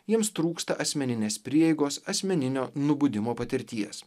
jiems trūksta asmeninės prieigos asmeninio nubudimo patirties